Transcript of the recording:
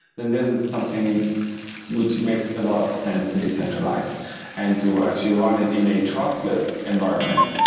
then this is something which makes a lot of sense to decentralize and to actually run it in a trustless environment.